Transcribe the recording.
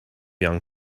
young